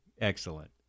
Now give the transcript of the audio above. Excellent